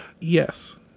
yes